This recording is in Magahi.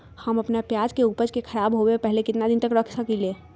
हम अपना प्याज के ऊपज के खराब होबे पहले कितना दिन तक रख सकीं ले?